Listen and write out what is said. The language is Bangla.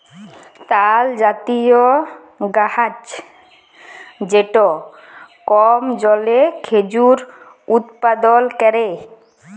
তালজাতীয় গাহাচ যেট কম জলে খেজুর উৎপাদল ক্যরে